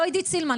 לא עידית סילמן,